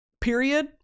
period